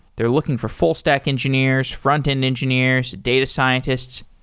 they're looking for full stack engineers, front-end engineers, data scientists.